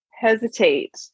hesitate